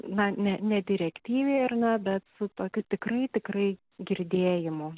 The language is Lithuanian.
na ne ne direktyviai ar ne bet su tokiu tikrai tikrai girdėjimu